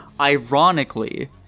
ironically